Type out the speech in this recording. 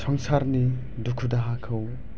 संसारनि दुखु दाहाखौ